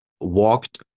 walked